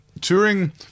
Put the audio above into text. touring